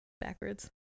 backwards